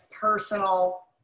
personal